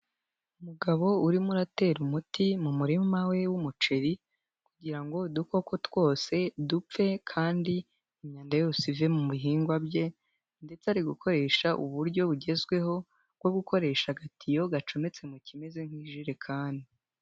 Umugabo urimo uratera umuti mu murima we w'umuceri kugira udukoko twose dupfe kandi imyanda yose ive mu bihingwa bye ndetse ari gukoresha uburyo bugezweho bwo gukoresha agatiyo gacometse mu kimeze nk'ijerekani.